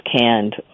canned